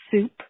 soup